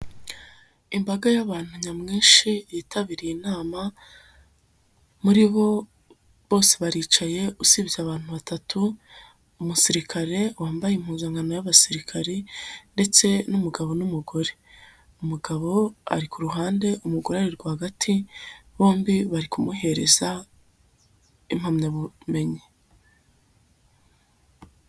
Imbaga y'abantu nyamwinshi yitabiriye inama muri bo bose baricaye usibye abantu batatu, umusirikare wambaye impuzankano y'abasirikare ndetse n'umugabo n'umugore, umugabo ari ku ruhande, umugore ari rwagati bombi bari kumuhereza impamyabumenyi.